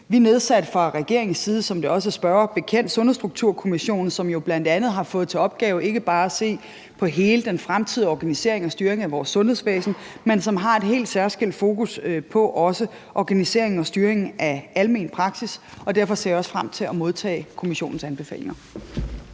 Vi nedsatte fra regeringens side, som det er spørgeren bekendt, Sundhedsstrukturkommissionen, som jo bl.a. har fået til opgave ikke bare at se på hele den fremtidige organisering og styring af vores sundhedsvæsen, men som har et helt særskilt fokus på organisering og styring af almen praksis, og derfor ser jeg også frem til at modtage kommissionens anbefalinger.